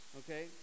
okay